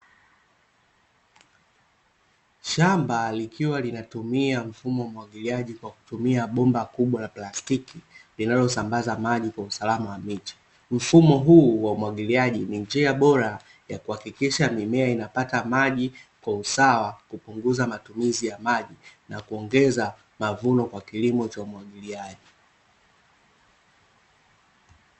Shamba likiwa linatumia mfumo wa umwagiliaji kwa kutumia bomba kubwa la plastiki, linalosambaza maji kwa usalama wa miche. Mfumo huu wa umwagiliaji ni njia bora ya kuhakikisha mimea inapata maji kwa usawa, kupunguza matumizi ya maji, na kuongeza mavuno kwa kilimo cha umwagiliaji.